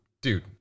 Dude